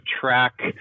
track